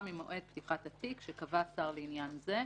ממועד פתיחת התיק שקבע השר לעניין זה".